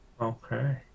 Okay